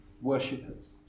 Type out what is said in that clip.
worshippers